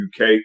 UK